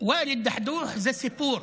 ואאל א-דחדוח זה סיפור.